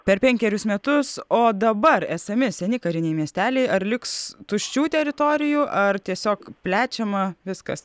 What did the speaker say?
per penkerius metus o dabar esami seni kariniai miesteliai ar liks tuščių teritorijų ar tiesiog plečiama viskas